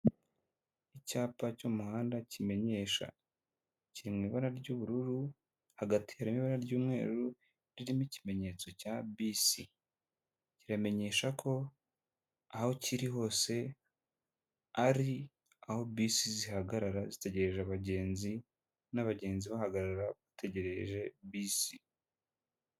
Icyapa cy'umuhanda kimenyesha, kiri mu ibara ry'ubururu hagatera ibara ry'umweru ririmo ikimenyetso cya bisi kiramenyesha ko aho kiri hose ari aho bisi zihagarara zitegereje abagenzi n'abagenzi bahagarara bategereje bisi.